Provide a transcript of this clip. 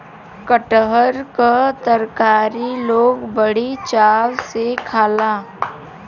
कटहर क तरकारी लोग बड़ी चाव से खाला